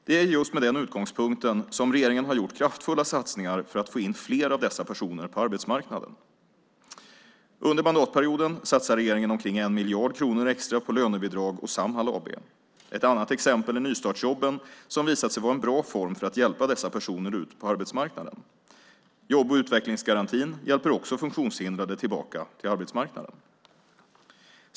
Det är just med den utgångspunkten som regeringen har gjort kraftfulla satsningar för att få in fler av dessa personer på arbetsmarknaden. Under mandatperioden satsar regeringen omkring 1 miljard kronor extra på lönebidrag och Samhall AB. Ett annat exempel är nystartsjobben som visat sig vara en bra form för att hjälpa dessa personer ut på arbetsmarknaden. Jobb och utvecklingsgarantin hjälper också funktionshindrade tillbaka till arbetsmarknaden.